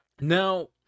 now